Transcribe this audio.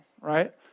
right